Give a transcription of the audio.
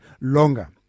longer